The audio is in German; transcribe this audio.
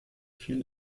viel